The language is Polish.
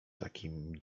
takim